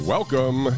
Welcome